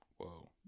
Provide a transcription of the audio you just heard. Whoa